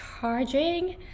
charging